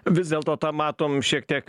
vis dėlto tą matom šiek tiek